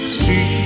see